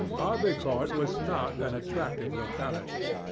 audley court was not an attractive locality.